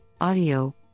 audio